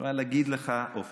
אני חייב להגיד לך, עופר,